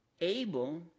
able